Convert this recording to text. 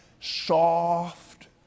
soft